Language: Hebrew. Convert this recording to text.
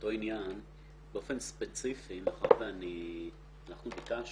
יש כאן איזושהי רגולציה מתקדמת שראתה לנכון לאור התחכום,